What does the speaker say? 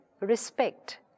respect